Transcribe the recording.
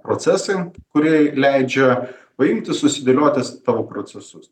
procesai kurie leidžia paimti susidėlioti s tavo procesus